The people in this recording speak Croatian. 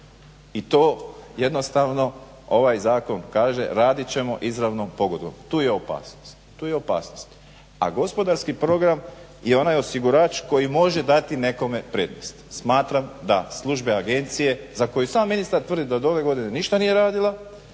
I to jednostavno ovaj zakon kaže radit ćemo izravnom pogodbom. Tu je opasnost. A gospodarski program je onaj osigurač koji može dati nekome prednost. Smatram da službe agencije za koju sam ministar tvrdi da od ove godine ništa nije radila,